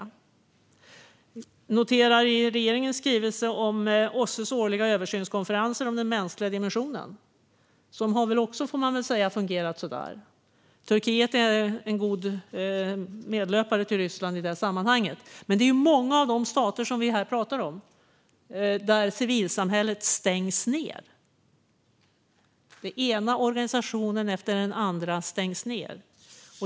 Jag noterar i regeringens skrivelse om OSSE:s årliga översynskonferenser om den mänskliga dimensionen att denna också, får man väl säga, har fungerat så där. Turkiet är en god medlöpare till Ryssland i det sammanhanget. Men det är många av de stater som vi här pratar om där civilsamhället stängs ned. Den ena organisationen efter den andra stängs ned.